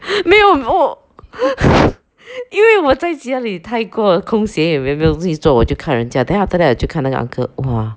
没有我因为我在家里太过空闲也没有没有东西做我就看人家 then after that 我就看那个 uncle !wah!